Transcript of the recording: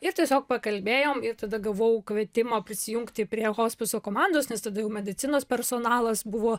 ir tiesiog pakalbėjom ir tada gavau kvietimą prisijungti prie hospiso komandos nes tada jau medicinos personalas buvo